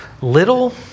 little